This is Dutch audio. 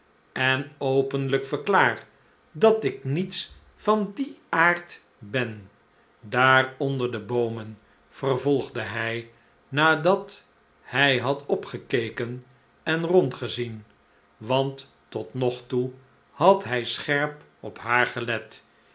en openlijk verklaar dat ik niets van dien aard ben daar onder de boomen vervolg'de hij nadat hij had opgekeken en rondgezien want tot nog toe had hij scherp op haar gelet